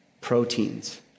proteins